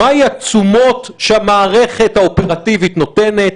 מהן התשומות שהמערכת האופרטיבית נותנת,